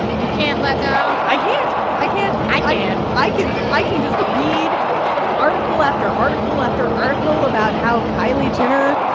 you can't let go? i can't. i can't i and i can i can just read article after article after article about how kylie jenner,